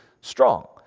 strong